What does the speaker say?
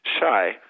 shy